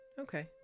Okay